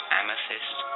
amethyst